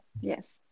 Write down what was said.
Yes